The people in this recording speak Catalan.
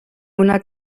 una